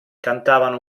cantavano